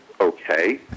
Okay